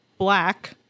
Black